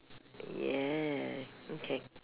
yeah okay